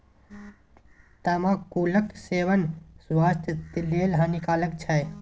तमाकुलक सेवन स्वास्थ्य लेल हानिकारक छै